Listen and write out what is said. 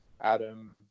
Adam